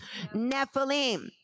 Nephilim